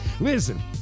Listen